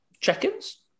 check-ins